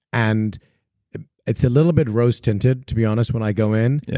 and it's a little bit rose tinted, to be honest, when i go in. yeah